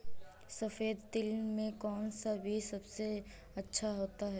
सफेद तिल में कौन सा बीज सबसे अच्छा होता है?